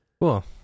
Cool